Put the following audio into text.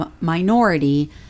minority